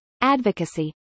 advocacy